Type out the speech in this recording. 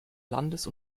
landes